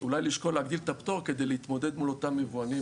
אולי לשקול להגדיל את הפטור כדי להתמודד מול אותם יבואנים ישירים.